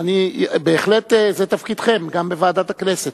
בהחלט זה תפקידכם, גם בוועדת הכנסת.